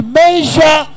measure